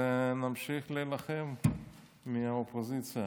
ונמשיך להילחם מהאופוזיציה.